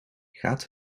gaat